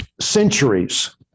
centuries